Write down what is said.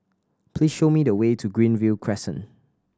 please show me the way to Greenview Crescent